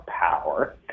Power